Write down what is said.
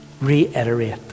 reiterate